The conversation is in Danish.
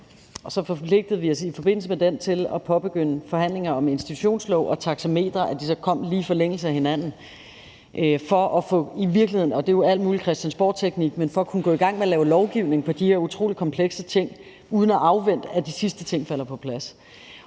vi så forpligtede os i forbindelse med den til at påbegynde forhandlinger om institutionslove og taxameter – at de så kom lige i forlængelse af hinanden – i virkeligheden, og det er jo på grund af alt muligt christiansborgteknisk, for at kunne gå i gang med at lave lovgivning om de her utrolig komplekse ting uden at afvente, at de sidste ting falder på plads.